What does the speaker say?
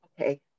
Okay